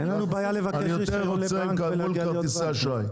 אין לנו בעיה לבקש רישיון --- אני יותר רוצה מול כרטיסי האשראי.